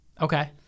okay